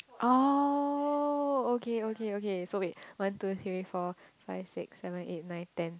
oh okay okay okay so wait one two three four five six seven eight nine ten